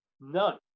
None